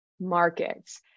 markets